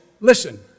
listen